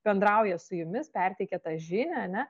bendrauja su jumis perteikia tą žinią ane